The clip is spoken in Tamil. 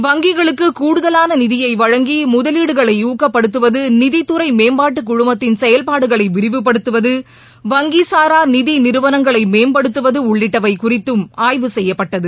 வங்கிகளுக்குகூடுதலானநிதியைவழங்கிமுதலீடுகளைஊக்கப்படுத்துவதுநிதித்துறைமேம்பாட்டுகுழுமத்தின் செயல்பாடுகளைவிரிவுபடுத்துவது வங்கிசாராநிதிநிறுவனங்களைமேம்படுத்துவதுஉள்ளிட்டவைகுறித்தும் ஆய்வு செய்யப்பட்டது